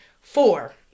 Four